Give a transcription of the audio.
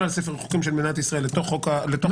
ספר החוקים של מדינת ישראל לתוך הפרק הזה בחוק ההסדרים.